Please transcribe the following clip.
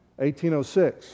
1806